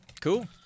Cool